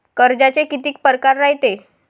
कर्जाचे कितीक परकार रायते?